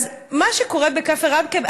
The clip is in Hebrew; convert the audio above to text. אז מה שקורה בכפר עקב,